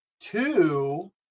two